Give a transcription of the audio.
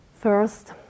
First